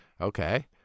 Okay